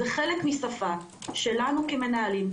זה חלק משפה שלנו כמנהלים,